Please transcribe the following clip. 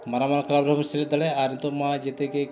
ᱢᱟᱨᱟᱝ ᱢᱟᱨᱟᱝ ᱠᱞᱟᱵᱽ ᱨᱮᱦᱚᱸ ᱵᱤᱱ ᱥᱮᱞᱮᱫ ᱫᱟᱲᱮᱭᱟᱜᱼᱟ ᱟᱨ ᱱᱤᱛᱳᱜ ᱢᱟ ᱡᱷᱚᱛᱚ ᱜᱮ